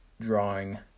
drawing